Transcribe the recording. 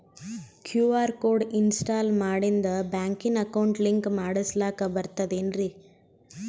QR code install ಮಾಡಿಂದ ಬ್ಯಾಂಕಿನ account link ಮಾಡಸ್ಲಾಕ ಬರ್ತದೇನ್ರಿ